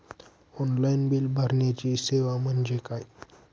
Online bill भरण्याची सेवा म्हणजे काय?